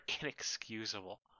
inexcusable